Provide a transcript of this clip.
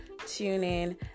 TuneIn